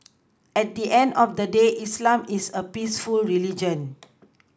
at the end of the day islam is a peaceful religion